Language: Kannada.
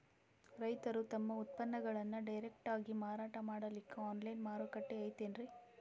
ರೈತರು ತಮ್ಮ ಉತ್ಪನ್ನಗಳನ್ನು ಡೈರೆಕ್ಟ್ ಆಗಿ ಮಾರಾಟ ಮಾಡಲಿಕ್ಕ ಆನ್ಲೈನ್ ಮಾರುಕಟ್ಟೆ ಐತೇನ್ರೀ?